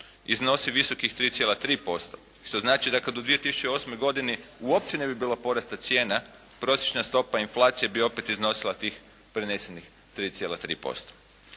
iznosi visokih 3,3% što znači da kada u 2008. godini uopće ne bi bilo porasta cijena prosječna stopa inflacije bi opet iznosila tih prenesenih 3.3%.